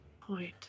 point